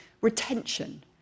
retention